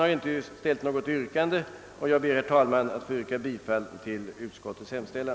Fröken Olsson ställde inte något yrkande, och jag vill bara yrka bifall till utskottets hemställan.